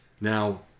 Now